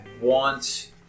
want